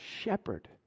shepherd